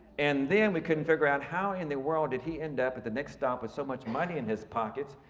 and then we couldn't figure out how in the world did he ended up at the next stop with so much money in his pockets,